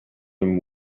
him